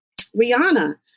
Rihanna